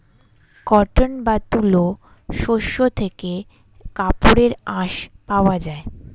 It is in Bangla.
কটন বা তুলো শস্য থেকে কাপড়ের আঁশ পাওয়া যায়